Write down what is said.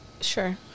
Sure